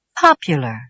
Popular